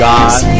God